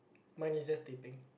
mine is just teh peng